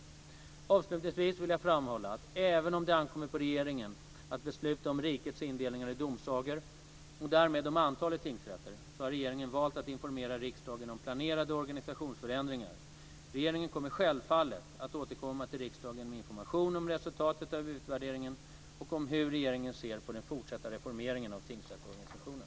Avslutningsvis vill jag framhålla att även om det ankommer på regeringen att besluta om rikets indelning i domsagor och därmed om antalet tingsrätter, så har regeringen valt att informera riksdagen om planerade organisationsförändringar. Regeringen återkommer självfallet till riksdagen med information om resultatet av utvärderingen och om hur regeringen ser på den fortsatta reformeringen av tingsrättsorganisationen.